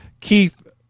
Keith